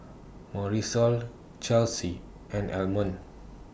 Marisol Chelsea and Almond